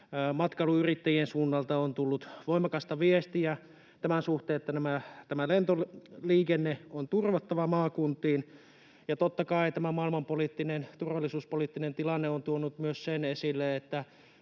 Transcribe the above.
matkailuyrittäjien suunnalta on tullut voimakasta viestiä tämän suhteen, että lentoliikenne on turvattava maakuntiin. Totta kai tämä maailmanpoliittinen, turvallisuuspoliittinen tilanne on tuonut esille myös